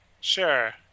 Sure